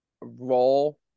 role